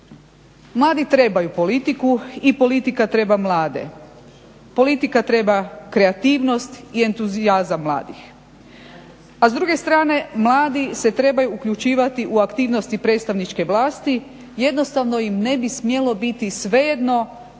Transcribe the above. Mladi trebaju politiku i politika treba mlade, politika treba kreativnost i entuzijazam mladih. A s druge strane mladi se trebaju uključivati u aktivnosti predstavničke vlasti. Jednostavno im ne bi smjelo biti svejedno